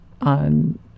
on